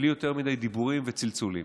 בלי יותר מדי דיבורים וצלצולים.